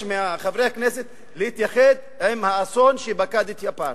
מחברי הכנסת להתייחד עם האסון שפקד את יפן,